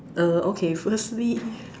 err okay firstly